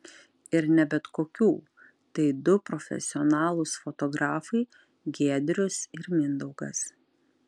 ir ne bet kokių tai du profesionalūs fotografai giedrius ir mindaugas